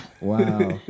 Wow